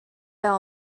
all